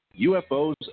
UFOs